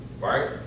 Right